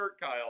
Kyle